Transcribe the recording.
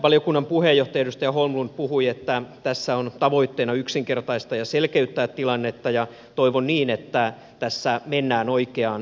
valiokunnan puheenjohtaja edustaja holmlund puhui että tässä on tavoitteena yksinkertaistaa ja selkeyttää tilannetta ja toivon niin että tässä mennään oikeaan suuntaan